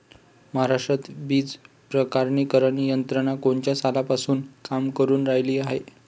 महाराष्ट्रात बीज प्रमानीकरण यंत्रना कोनच्या सालापासून काम करुन रायली हाये?